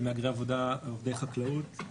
של מהגרי עבודה ועובדי חקלאות,